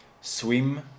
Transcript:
swim